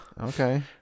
Okay